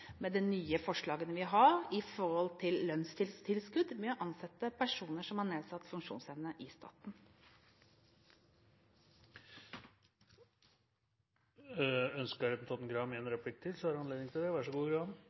med de nye forslagene vi har, med lønnstilskudd for å ansette personer i staten som har nedsatt funksjonsevne. Jeg ønsker